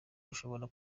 ushobora